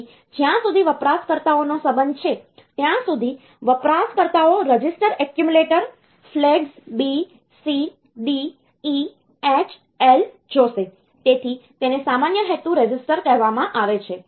તેથી જ્યાં સુધી વપરાશકર્તાઓનો સંબંધ છે ત્યાં સુધી વપરાશકર્તાઓ register accumulator flags B C D E H L જોશે તેથી તેને સામાન્ય હેતુ રજિસ્ટર કહેવામાં આવે છે